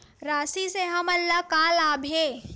राशि से हमन ला का लाभ हे?